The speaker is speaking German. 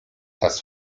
das